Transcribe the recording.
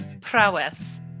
prowess